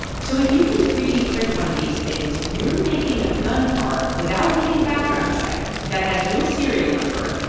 so if you can three d print one of these things, you're making a gun part without needing a background check that has no serial number.